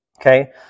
okay